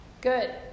good